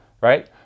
right